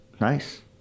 Nice